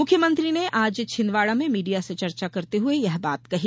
मुख्यमंत्री ने आज छिंदवाड़ा में मीडिया से चर्चा करते हए ये बात कही